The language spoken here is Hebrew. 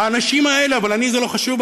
אבל אני, זה לא חשוב.